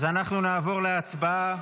אז אנחנו נעבור להצבעה